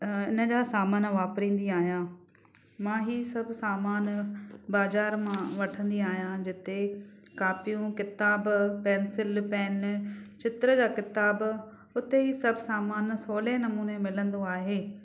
हिन जा सामान वापरिंदी आहियां मां ही सभु सामान बाज़ार मां वठंदी आहियां जिते कापियूं किताब पेंसिल पैन चित्र जा किताब हुते ही सभु सामान सवले नमूने मिलंदो आहे